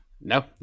No